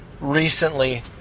recently